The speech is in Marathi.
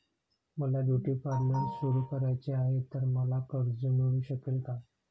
मला ब्युटी पार्लर सुरू करायचे आहे तर मला कर्ज मिळू शकेल का?